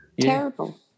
Terrible